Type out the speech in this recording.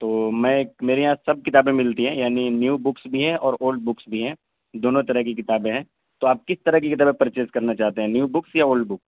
تو میں میرے یہاں سب کتابیں ملتی ہیں یعنی نیو بکس بھی ہیں اور اولڈ بکس بھی ہیں دونوں طرح کی کتابیں ہیں تو آپ کس طرح کی کتابیں پرچیز کرنا چاہتے ہیں نیو بکس یا اولڈ بک